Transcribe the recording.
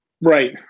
Right